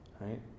right